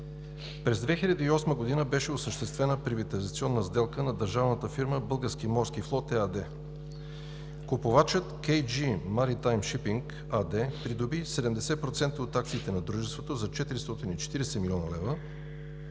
през 2008 г. беше осъществена приватизационна сделка на държавната фирма „Български морски флот“ ЕАД. Купувачът „Кей Джи Маритайм шипинг“ АД придоби 70% от акциите на дружеството за 440 млн. лв.,